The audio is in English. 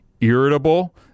irritable